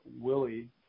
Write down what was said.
Willie